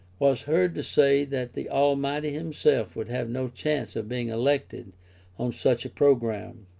was heard to say that the almighty himself would have no chance of being elected on such a programme.